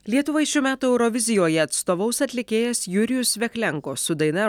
lietuvai šių metų eurovizijoje atstovaus atlikėjas jurijus veklenko su daina